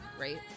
right